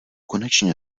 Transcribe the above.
konečně